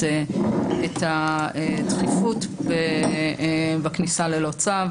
את הדחיפות בכניסה ללא צו.